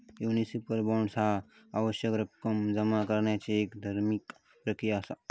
municipal bonds ह्या आवश्यक रक्कम जमा करण्याची एक धीमी प्रक्रिया असा